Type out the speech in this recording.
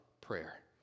prayer